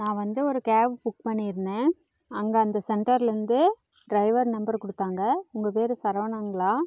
நான் வந்து ஒரு கேப் புக் பண்ணியிருந்தேன் அங்கே அந்த சென்டர்லேருந்து ட்ரைவர் நம்பர் கொடுத்தாங்க உங்கள் பேர் சரவணங்களா